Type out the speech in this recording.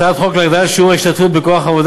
הצעת חוק להגדלת שיעור ההשתתפות בכוח העבודה